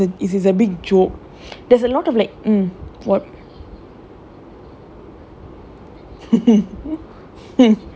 I'm more I'm seeing always லூசுங்க:loosunga on TikTok like this gummaru tapparu guy on all that I really think is like a a big joke